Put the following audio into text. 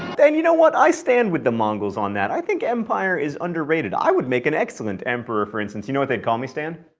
and, you know what, i stand with the mongols on that. i think empire is underrated. i would make an excellent emperor, for instance. you know what they'd call me, stan?